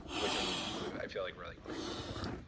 which i'm like really grateful for.